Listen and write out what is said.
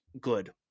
good